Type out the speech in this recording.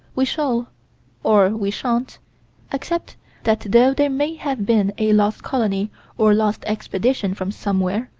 we shall or we sha'n't accept that, though there may have been a lost colony or lost expedition from somewhere,